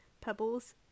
pebbles